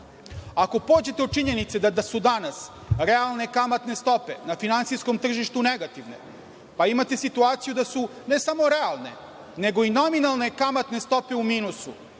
Ako pođete od činjenice da su danas realne kamatne stope na finansijskom tržištu negativne, pa imate situaciju da su ne samo realne, nego i nominalne kamatne stope u minusu,